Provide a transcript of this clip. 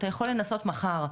אתה יכול לנסות מחר,